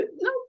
no